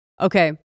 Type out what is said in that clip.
Okay